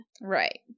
right